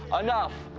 ah enough.